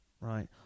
right